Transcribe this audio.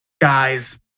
Guys